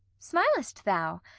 smil'st thou?